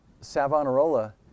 Savonarola